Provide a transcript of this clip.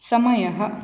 समयः